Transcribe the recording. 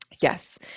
Yes